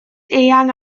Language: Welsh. eang